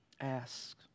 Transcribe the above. Ask